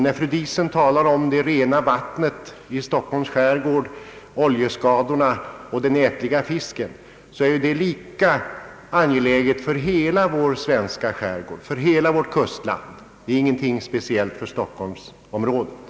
När fru Diesen talar om det rena vattnet, om oljeskadorna och om den icke ätbara fisken är det saker som är lika angelägna för befolkningen i hela vår svenska skärgård, för hela vårt kustland. Detta är ingenting speciellt för stockholmsområdet.